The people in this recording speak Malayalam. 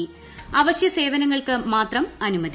അവശ്യ സേവനങ്ങൾക്ക് മാത്രം അനുമതി